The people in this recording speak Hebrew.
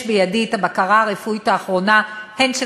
יש בידי הבקרה הרפואית האחרונה הן של